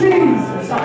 Jesus